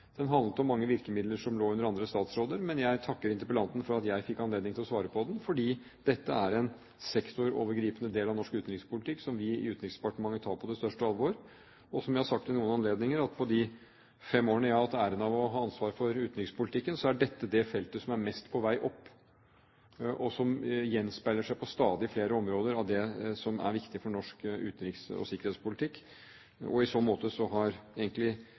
å svare på den, fordi dette er en sektorovergripende del av norsk utenrikspolitikk som vi i Utenriksdepartementet tar på det største alvor. Og som jeg har sagt ved noen anledninger: På de fem årene jeg har hatt æren av å ha ansvar for utenrikspolitikken, er dette det feltet som er mest på vei opp, og som gjenspeiler stadig flere områder av det som er viktig for norsk utenriks- og sikkerhetspolitikk. Og i så måte har egentlig de to debattene vi har